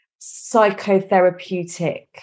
psychotherapeutic